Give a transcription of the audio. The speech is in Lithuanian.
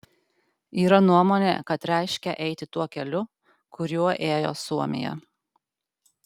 yra nuomonė kad reiškia eiti tuo keliu kuriuo ėjo suomija